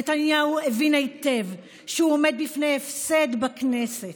נתניהו הבין היטב שהוא עומד בפני הפסד בכנסת.